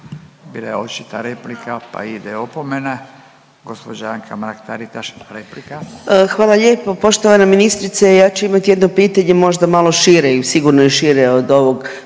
Bila je očita replika, pa ide opomena. Gospođa Anka Mrak-Taritaš, replika. **Mrak-Taritaš, Anka (GLAS)** Hvala lijepo. Poštovana ministrice ja ću imati jedno pitanje možda malo šire, sigurno je šire od ovog